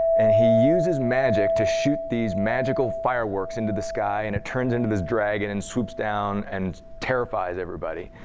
and he uses magic to shoot these magical fireworks into the sky. and it turns into this dragon, and swoops down, and terrifies everybody.